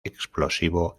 explosivo